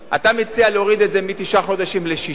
אתה מציע להוריד את זה מתשעה חודשים לשישה.